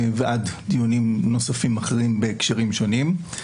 ועד דיונים נוספים אחרים בהקשרים שונים.